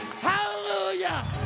hallelujah